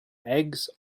eggs